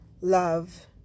love